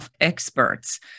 experts